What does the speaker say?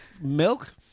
milk